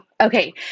Okay